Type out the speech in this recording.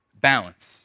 balance